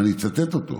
אני אצטט אותו